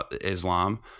Islam